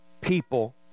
people